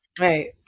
right